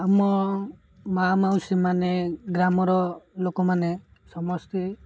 ଆମ ମା' ମାଉସୀ ମାନେ ଗ୍ରାମର ଲୋକମାନେ ସମସ୍ତେ